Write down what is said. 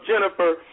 Jennifer –